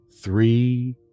three